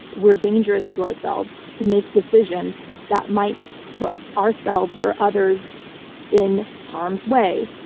we're dangerous to ourselves to make decisions that might put ourselves or others in harm's way.